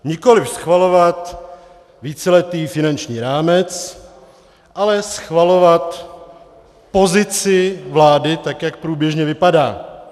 Nikoliv schvalovat víceletý finanční rámec, ale schvalovat pozici vlády, tak jak průběžně vypadá.